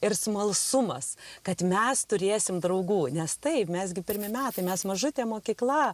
ir smalsumas kad mes turėsim draugų nes taip mes gi pirmi metai mes mažutė mokykla